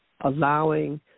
allowing